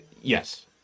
yes